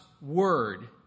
word